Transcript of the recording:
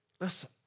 listen